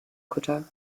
kutter